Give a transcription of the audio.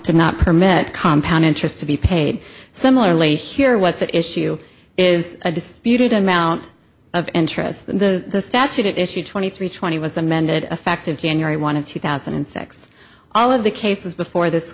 to not permit compound interest to be paid similarly here what's at issue is a disputed amount of interest in the statute it issued twenty three twenty was amended effective january one of two thousand and six all of the cases before this